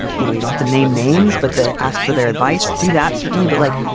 you know you'd often named names, but to ask for their advice, do that, certainly. but like,